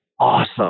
awesome